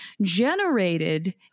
generated